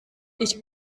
ich